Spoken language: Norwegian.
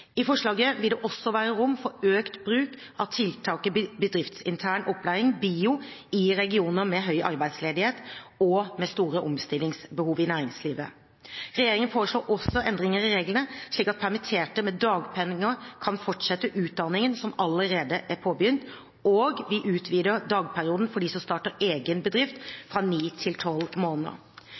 I forslaget vil det også være rom for økt bruk av tiltaket bedriftsintern opplæring, BIO, i regioner med høy arbeidsledighet og med store omstillingsbehov i næringslivet. Regjeringen foreslår også endringer i reglene, slik at permitterte med dagpenger kan fortsette utdanning som allerede er påbegynt, og vi utvider dagpengeperioden for dem som starter egen bedrift, fra ni til tolv måneder.